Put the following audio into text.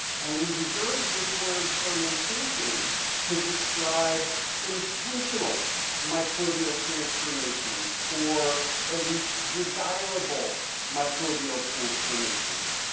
and we reserve this word fermentation to describe intentional microbial transformations or at least desirable microbial transformations.